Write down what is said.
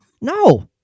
No